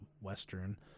western